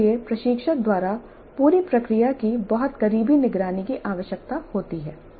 इसके लिए प्रशिक्षक द्वारा पूरी प्रक्रिया की बहुत करीबी निगरानी की आवश्यकता होती है